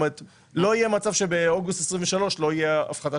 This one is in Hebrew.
לא יהיה מצב שבאוגוסט 2023 לא תהיה הפחתה